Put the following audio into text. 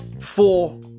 four